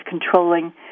controlling